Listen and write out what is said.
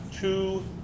two